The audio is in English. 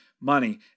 money